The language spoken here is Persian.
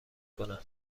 کنه